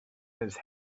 his